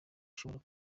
ishobora